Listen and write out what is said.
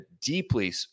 deeply